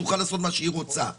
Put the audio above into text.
שתוכל לעשות מה שהיא רוצה.